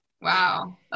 wow